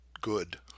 good